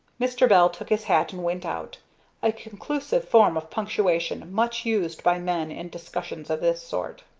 mr. bell took his hat and went out a conclusive form of punctuation much used by men in discussions of this sort.